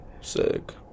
Sick